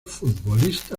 futbolista